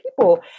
people